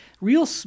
Real